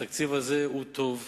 התקציב הזה הוא טוב,